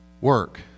work